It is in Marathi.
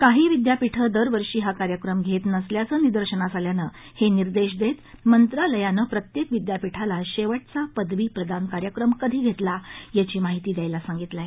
काही विद्यापीठं दरवर्षी हा कार्यक्रम घेत नसल्याचं निदर्शनास आल्यानं हे निर्देश देत मंत्रालयानं प्रत्येक विद्यापीठाला शेवटचा पदवी प्रदान कार्यक्रम कधी घेतला याची माहिती देण्यास सांगितलं आहे